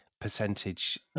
percentage